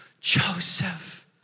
Joseph